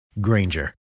Granger